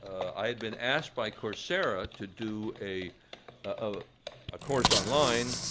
i had been asked by coursera to do a ah ah course online.